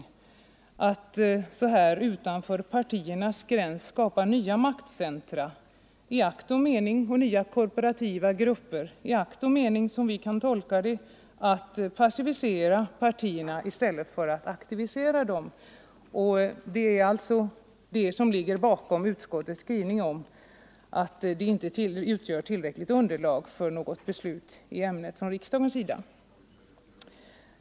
Det skulle innebära att man utanför partierna skulle skapa nya maktcentra i akt och mening att få nya korporativa grupper och, som vi kan tolka det, att passivera partierna i stället för att aktivera dem. Det är detta som ligger bakom utskottets skrivning att motionen inte utgör tillräckligt underlag för något beslut i ämnet från riksdagens sida.